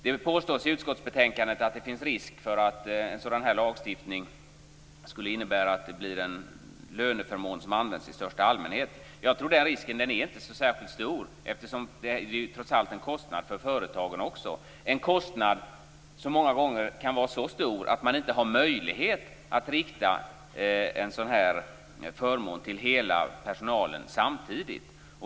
Det påstås i utskottsbetänkandet att det finns risk för att en sådan här lagstiftning skulle innebära en löneförmån som används i största allmänhet. Jag tror inte att den risken är särskilt stor, eftersom det ju trots allt innebär en kostnad också för företagen - en kostnad som många gånger kan vara så stor att man inte har möjlighet att rikta den här typen av förmån till hela personalen samtidigt.